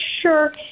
sure